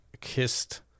kissed